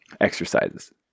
Exercises